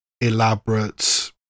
elaborate